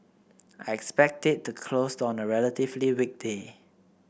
I expect it to close on a relatively weak day